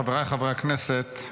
חבריי חברי הכנסת,